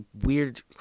weird